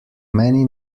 many